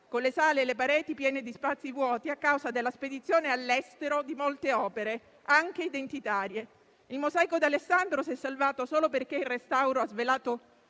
con le sale e le pareti piene di spazi vuoti a causa della spedizione all'estero di molte opere, anche identitarie? Il mosaico di Alessandro si è salvato solo perché il restauro lo ha svelato